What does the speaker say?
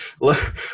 look